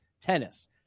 tennis